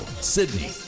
Sydney